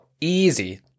easy